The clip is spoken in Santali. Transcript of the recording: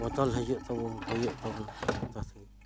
ᱵᱚᱫᱚᱞ ᱦᱤᱡᱩᱜ ᱛᱟᱵᱚ ᱦᱩᱭᱩᱜ ᱛᱟᱵᱚᱱᱟ ᱡᱚᱛᱚᱛᱮ